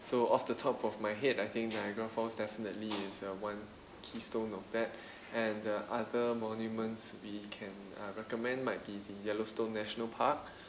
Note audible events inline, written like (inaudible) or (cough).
so off the top of my head I think niagara falls definitely is uh one keystone of that and the other monuments we can uh recommend might be the yellowstone national park (breath)